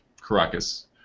Caracas